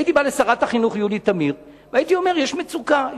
הייתי בא לשרת החינוך יולי תמיר והייתי אומר: יש מצוקה,